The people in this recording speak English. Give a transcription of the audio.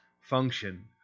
function